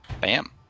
bam